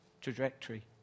trajectory